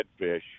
redfish